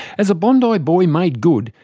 as a bondi boy boy made good,